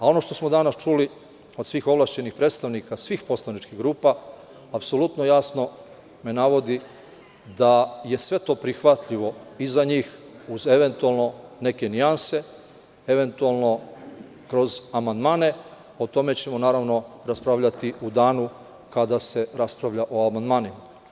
Ono što smo danas čuli od svih ovlašćenih predstavnika svih poslaničkih grupa apsolutno jasno navodi da je sve to prihvatljivo i za njih, uz eventualno neke nijanse, eventualno kroz amandmane, a o tome ćemo, naravno, raspravljati u danu kada se raspravlja o amandmanima.